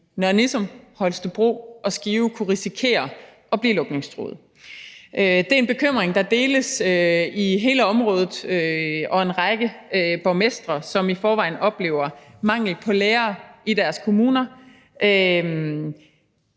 Nissum, Holstebro og Skive kunne risikere at blive lukningstruede. Det er en bekymring, der deles i hele området og af en række borgmestre, som i forvejen oplever mangel på lærere i deres kommuner.